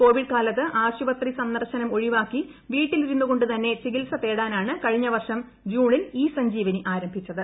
Covid കാലത്ത് ആശുപത്രി സന്ദർശനം ഒഴിവാക്കി വീട്ടിൽ ഇരുന്നുകൊണ്ടുതന്നെ ചികിത്സ തേടാനാണ് കഴിഞ്ഞ വർഷം ജൂണിൽ ഇ സഞ്ജീവനി ആരംഭിച്ചത്